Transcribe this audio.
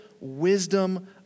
wisdom